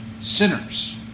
sinners